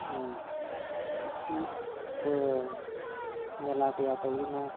ꯏꯀꯨꯏ ꯃꯦꯂꯥ ꯀꯌꯥ ꯇꯧꯗꯨꯅ